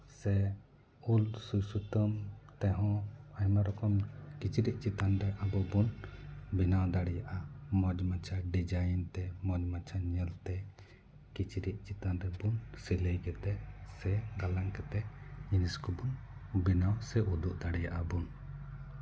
ᱥᱮ ᱩᱞ ᱥᱩᱭ ᱥᱩᱛᱟᱹᱢ ᱛᱮᱦᱚᱸ ᱟᱭᱢᱟ ᱨᱚᱠᱚᱢ ᱠᱤᱪᱨᱤᱡ ᱪᱮᱛᱟᱱ ᱨᱮ ᱟᱵᱚ ᱵᱚᱱ ᱵᱮᱱᱟᱣ ᱫᱟᱲᱮᱭᱟᱜᱼᱟ ᱢᱚᱡᱽ ᱢᱚᱡᱟᱜ ᱰᱤᱡᱟᱭᱤᱱ ᱛᱮ ᱢᱚᱡᱽ ᱢᱚᱡᱟᱜ ᱧᱮᱞᱛᱮ ᱠᱤᱪᱨᱤᱡ ᱪᱮᱛᱟᱱ ᱨᱮᱵᱚᱱ ᱥᱤᱞᱟᱹᱭ ᱠᱟᱛᱮ ᱥᱮ ᱜᱟᱞᱟᱝ ᱠᱟᱛᱮ ᱡᱤᱱᱤᱥ ᱠᱚᱵᱚᱱ ᱵᱮᱱᱟᱣ ᱥᱮ ᱩᱫᱩᱜ ᱫᱟᱲᱮᱭᱟᱜᱼᱟ ᱵᱚᱱ